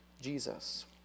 Jesus